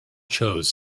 chose